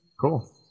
cool